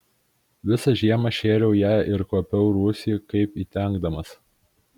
visą žiemą šėriau ją ir kuopiau rūsį kaip įstengdamas